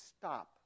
Stop